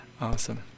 awesome